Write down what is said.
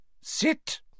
Sit